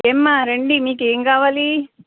ఏమ్మా రండి మీకేంకావాలి